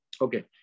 Okay